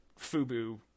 FUBU